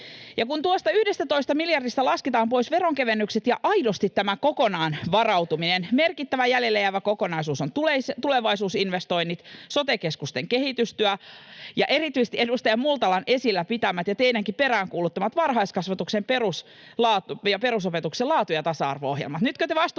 kun tuosta 11 miljardista lasketaan pois veronkevennykset ja aidosti kokonaan tämä varautuminen, merkittävä jäljelle jäävä kokonaisuus ovat tulevaisuusinvestoinnit, sote-keskusten kehitystyö ja erityisesti edustaja Multalan esillä pitämät ja teidänkin peräänkuuluttamanne varhaiskasvatuksen ja perusopetuksen laatu- ja tasa-arvo-ohjelmat. Nytkö te vastustatte